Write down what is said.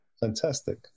Fantastic